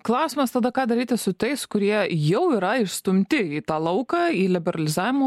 klausimas tada ką daryti su tais kurie jau yra išstumti į tą lauką į liberalizavimo